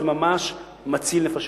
זה ממש מציל נפשות.